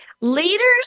Leaders